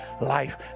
life